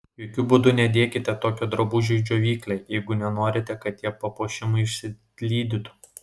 jokiu būdu nedėkite tokio drabužio į džiovyklę jeigu nenorite kad tie papuošimai išsilydytų